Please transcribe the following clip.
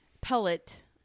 Pellet